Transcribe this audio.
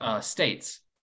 states